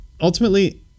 Ultimately